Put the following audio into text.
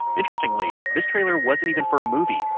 interestingly, this trailer wasn't even for a movie.